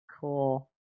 Cool